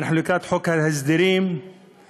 ואנחנו לקראת חוק ההסדרים בכנסת,